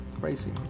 crazy